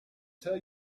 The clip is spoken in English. tell